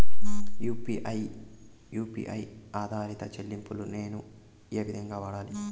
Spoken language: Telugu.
యు.పి.ఐ యు పి ఐ ఆధారిత చెల్లింపులు నేను ఏ విధంగా వాడాలి?